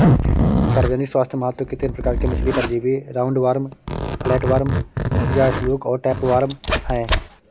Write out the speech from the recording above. सार्वजनिक स्वास्थ्य महत्व के तीन प्रकार के मछली परजीवी राउंडवॉर्म, फ्लैटवर्म या फ्लूक और टैपवार्म है